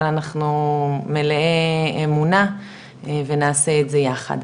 אבל אנחנו מלאי אמונה ונעשה את זה יחד.